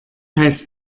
heißt